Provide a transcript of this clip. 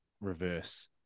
Reverse